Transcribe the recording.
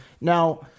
Now